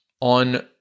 on